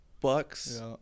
Bucks